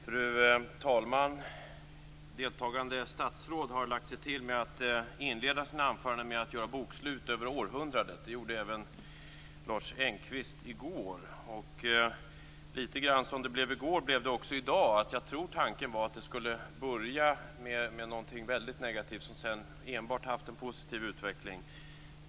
Fru talman! Deltagande statsråd har lagt sig till med att inleda sina anföranden med att göra bokslut över århundradet. Det gjorde även Lars Engqvist i går. Och lite grann som det blev i går blev det också i dag. Jag tror att tanken var att det skulle börja med någonting väldigt negativt som sedan enbart har haft en positiv utveckling.